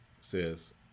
says